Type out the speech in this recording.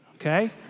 okay